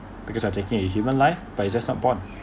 because I taking a human live but it's just not born